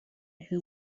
who